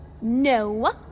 No